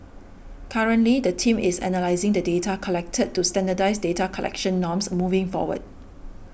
currently the team is analysing the data collected to standardise data collection norms moving forward